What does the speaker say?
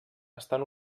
estan